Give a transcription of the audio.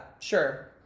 sure